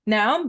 Now